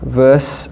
verse